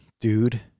dude